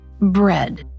bread